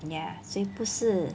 ya 所以不是